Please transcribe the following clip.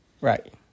Right